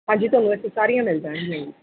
ਹਾਂਜੀ ਤੁਹਾਨੂੰ ਇੱਥੋਂ ਸਾਰੀਆਂ ਮਿਲ ਜਾਣਗੀਆਂ